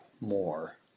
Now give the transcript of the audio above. more